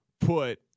put